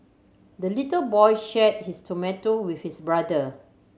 the little boy shared his tomato with his brother